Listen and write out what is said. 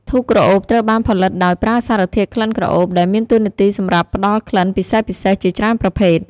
ធូបក្រអូបត្រូវបានផលិតដោយប្រើសារធាតុក្លិនក្រអូប ដែលមានតួនាទីសម្រាប់ផ្តល់ក្លិនពិសេសៗជាច្រើនប្រភេទ។